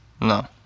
no